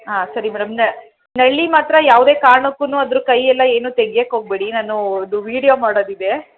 ಹಾಂ ಸರಿ ಮೇಡಮ್ ನ ನಳ್ಳಿ ಮಾತ್ರ ಯಾವುದೇ ಕಾರಣಕ್ಕೂ ಅದ್ರ ಕೈಯಲ್ಲ ಏನು ತೆಗೆಯೋಕ್ ಹೋಗಬೇಡಿ ನಾನು ಅದು ವೀಡಿಯೊ ಮಾಡೋದಿದೆ